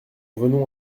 venons